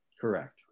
Correct